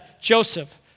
Joseph